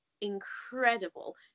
incredible